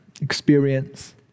experience